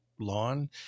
lawn